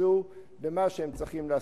יתרכזו במה שהם צריכים לעשות.